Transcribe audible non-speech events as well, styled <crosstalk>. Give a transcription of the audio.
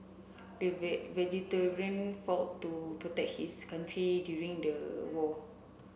the <unintelligible> fought to protect his country during the war